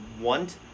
want